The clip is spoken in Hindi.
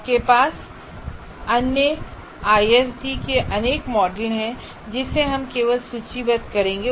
आपके पास अन्य आईएसडी की अनेक मॉडल है जिसे हम केवल सूचीबद्ध करेंगे